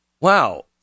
Wow